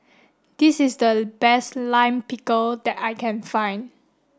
this is the best Lime Pickle that I can find